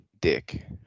dick